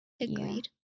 Agreed